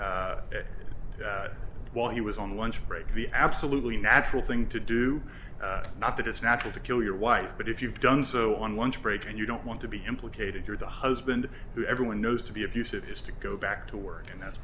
fight while he was on lunch break the absolutely natural thing to do not that it's natural to kill your wife but if you've done so on lunch break and you don't want to be implicated you're the husband who everyone knows to be abusive has to go back to work and that's